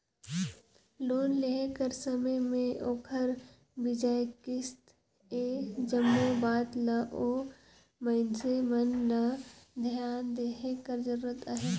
loan लेय कर समे में ओखर बियाज, किस्त ए जम्मो बात ल ओ मइनसे मन ल धियान देहे कर जरूरत अहे